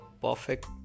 perfect